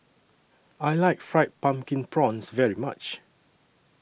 I like Fried Pumpkin Prawns very much